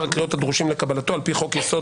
הקריאות הדרושים לקבלתו על-פי חוק-יסוד,